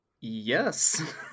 yes